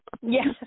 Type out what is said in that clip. Yes